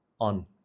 on